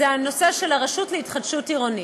היא בנושא של הרשות להתחדשות עירונית.